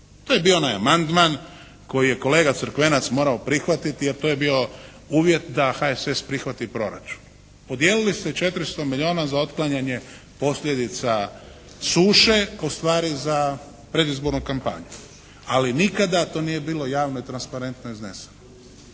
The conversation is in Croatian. To je bio onaj amandman koji je kolega Crkvenac morao prihvatiti jer to je bio uvjet da HSS prihvati proračun. Podijelili ste 400 milijuna za otklanjanje posljedica suše, ustvari za predizbornu kampanju. Ali nikada to nije bilo javno i transparentno izneseno.